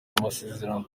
amasezerano